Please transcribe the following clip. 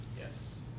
Yes